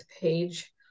page